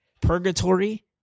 purgatory